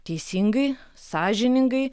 teisingai sąžiningai